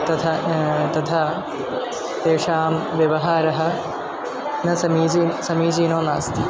तथा तथा तेषां व्यवहारः न समीचीनः समीचीनो नास्ति